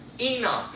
Enoch